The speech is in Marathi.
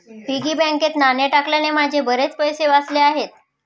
पिगी बँकेत नाणी टाकल्याने माझे बरेच पैसे वाचले आहेत